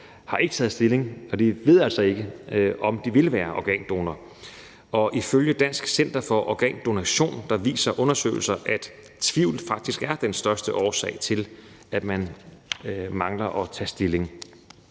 har ikke taget stilling, og de ved altså ikke, om de vil være organdonor, og ifølge Dansk Center for Organdonation viser undersøgelser, at tvivl faktisk er den største årsag til, at man mangler at tage stilling.